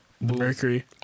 mercury